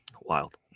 Wild